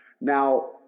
now